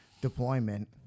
deployment